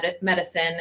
medicine